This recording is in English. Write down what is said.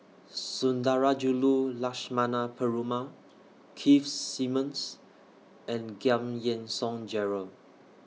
Sundarajulu Lakshmana Perumal Keith Simmons and Giam Yean Song Gerald